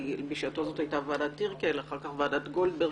בשעתו זו הייתה ועדת טירקל, אחר כך ועדת גולדברג,